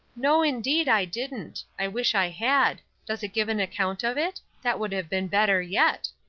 no, indeed, i didn't. i wish i had. does it give an account of it? that would have been better yet.